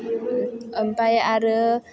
ओमफ्राय आरो